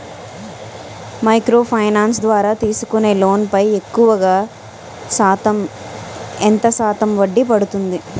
Micro finance ద్వారా తీసుకునే loan పై ఎక్కువుగా ఎంత శాతం వడ్డీ పడుతుంది?